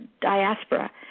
diaspora